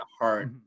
heart